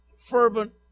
fervent